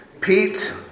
Pete